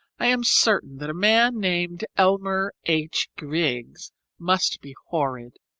i am certain that a man named elmer h. griggs must be horrid.